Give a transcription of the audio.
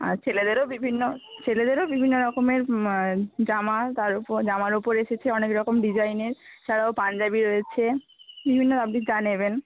আর ছেলেদেরও বিভিন্ন ছেলেদেরও বিভিন্ন রকমের জামা তার উপর জামার ওপর এসেছে অনেক রকম ডিজাইনের এছাড়াও পাঞ্জাবী রয়েছে বিভিন্ন আপনি যা নেবেন